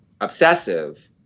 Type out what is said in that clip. obsessive